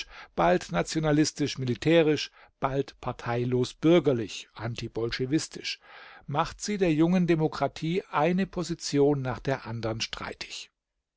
bald nationalistisch-militärisch bald parteilos bürgerlich antibolschewistisch macht sie der jungen demokratie eine position nach der andern streitig